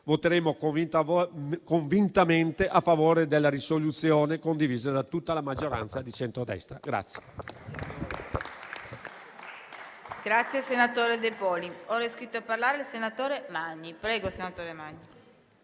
voteremo convintamente a favore della proposta di risoluzione condivisa da tutta la maggioranza di centrodestra.